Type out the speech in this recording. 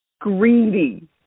greedy